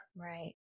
Right